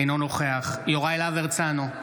אינו נוכח יוראי להב הרצנו,